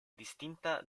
distinta